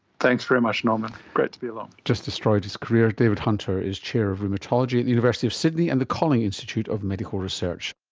thanks very much norman, great to be along. just destroyed his career. david hunter is chair of rheumatology at the university of sydney and the kolling institute of medical research